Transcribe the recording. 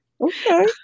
Okay